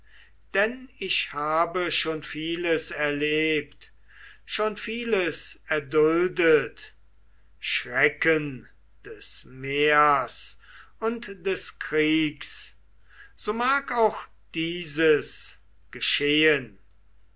denn ich habe schon vieles erlebt schon vieles erduldet schrecken des meers und des kriegs so mag auch dieses geschehen